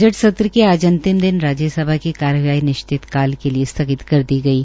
budget सत्र के आज अंतिम दिन राज्यसभा की कार्यवाही अनिश्चित काल के लिये स्थगित कर दी गई है